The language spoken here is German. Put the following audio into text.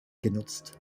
genutzt